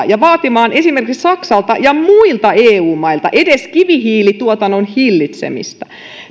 ja vaatimaan esimerkiksi saksalta ja muilta eu mailta edes kivihiilituotannon hillitsemistä